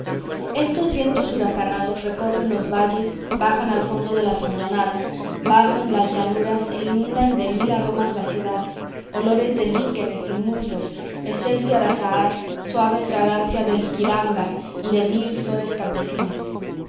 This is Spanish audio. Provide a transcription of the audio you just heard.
estos vientos huracanados recorren los valles bajan al fondo de las hondonadas barren las llanuras e inundan de mil aromas la ciudad olores de líquenes y musgos esencia de azahar suave fragancia de liquidámbar y de mil flores campesinas